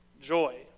joy